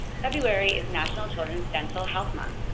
february is national children's dental health month.